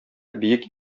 биек